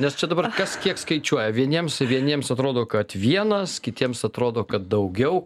nes čia dabar kas kiek skaičiuoja vieniems vieniems atrodo kad vienas kitiems atrodo kad daugiau